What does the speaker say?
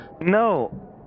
No